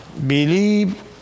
Believe